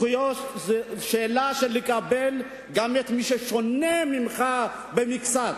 זו שאלה של לקבל גם את מי ששונה ממך במקצת.